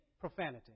profanity